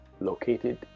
located